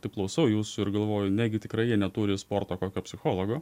taip klausau jūsų ir galvoju negi tikrai jie neturi sporto kokio psichologo